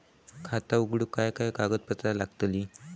खाता उघडूक काय काय कागदपत्रा लागतली?